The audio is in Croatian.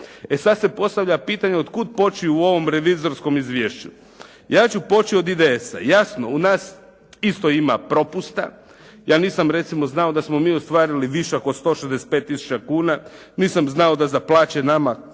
sada se postavlja pitanje od kuda poći u ovom revizorskom izvješću. Ja ću poći od IDS-a. Jasno, u nas isto ima propusta. Ja nisam recimo znao da smo mi ostvarili višak od 165 tisuća kuna, nisam znao da za plaće nama